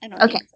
Okay